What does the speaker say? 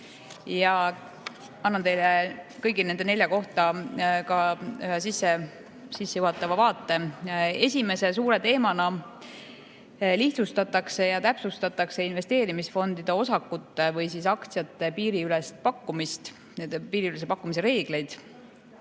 Annan teile kõigi nende nelja kohta ühe sissejuhatava vaate. Esimese suure teemana lihtsustatakse ja täpsustatakse investeerimisfondide osakute või aktsiate piiriülest pakkumist, nende piiriülese pakkumise reegleid.